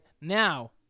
Now